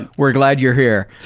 we're glad you're here.